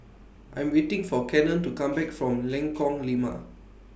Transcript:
I'm waiting For Kenan to Come Back from Lengkong Lima